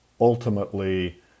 ultimately